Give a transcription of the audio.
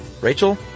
Rachel